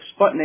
Sputnik